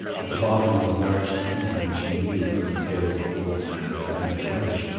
at the bottom was a large tent in which he knew, from the tale of the old man of the friendly village,